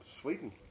Sweden